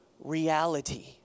reality